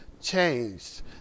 changed